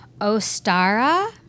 Ostara